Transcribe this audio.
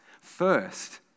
first